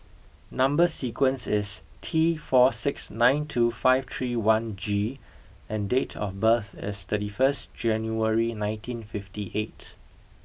number sequence is T four six nine two five three one G and date of birth is thirty first January nineteen fifty eight